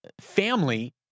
Family